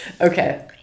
Okay